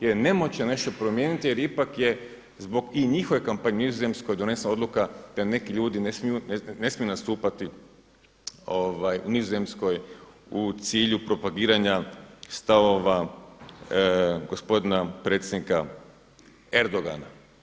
Jer nemoć nešto promijeniti jer ipak je zbog i njihove kampanje u Nizozemskoj donesena odluka da neki ljudi ne smiju nastupati u Nizozemskoj u cilju propagiranja stavova gospodina predsjednika Erdogana.